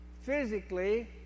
physically